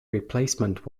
replacement